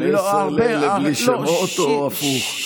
10:90 בלי שמות, או הפוך?